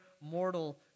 mortal